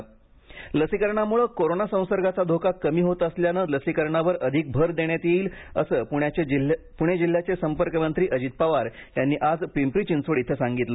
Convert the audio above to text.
पिंपरी चिंचवड बैठक लसीकरणामुळे कोरोना संसर्गाचा धोका कमी होत असल्याने लसीकरणावर अधिक भर देण्यात येईल असं पुणे जिल्ह्याचे संपर्कमंत्री अजित पवार यांनी आज पिंपरी चिंचवड इथं सांगितले